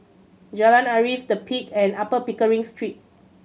Jalan Arif The Peak and Upper Pickering Street